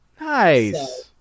Nice